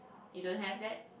you don't have that